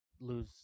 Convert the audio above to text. lose